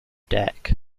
deck